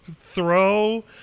throw